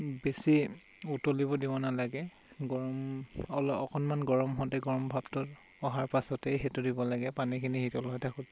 বেছি উতলিব দিব নালাগে গৰম অল অকণমান গৰম হওঁতেই গৰম ভাপটো অহাৰ পাছতেই সেইটো দিব লাগে পানীখিনি শীতল লৈ থাকোঁতে